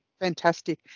Fantastic